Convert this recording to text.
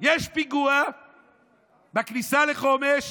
יש פיגוע בכניסה לחומש